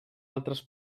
altres